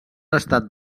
estat